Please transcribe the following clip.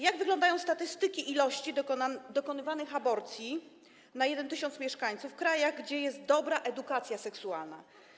Jak wyglądają statystyki ilości dokonywanych aborcji na 1 tys. mieszkańców w krajach, gdzie jest dobra edukacja seksualna?